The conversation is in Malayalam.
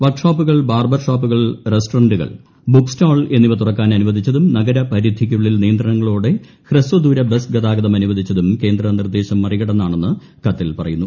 വർക്ക്ഷോപ്പുകൾ ബാർബർഷോപ്പുകൾ റസ്റ്ററന്റുകൾ ബുക്ക് സ്റ്റാൾ എന്നിവ തുറക്കാൻ അനുവദിച്ചതും നഗരപരിധിയ്ക്കുള്ളിൽ നിയന്ത്രണങ്ങളോടെ ഹ്രസ്വദൂര ബസ് ഗതാഗതം അനുവദിച്ചതും കേന്ദ്ര നിർദ്ദേശം മറികടന്നാണെന്ന് കത്തിൽ പറയുന്നു